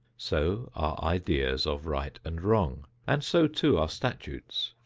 so are ideas of right and wrong, and so, too, are statutes.